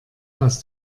aus